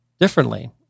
differently